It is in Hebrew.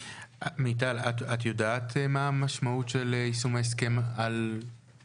מיטל, את יודעת מה המשמעות של יישום ההסכם עליך,